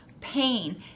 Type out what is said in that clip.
pain